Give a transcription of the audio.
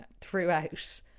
throughout